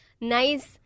nice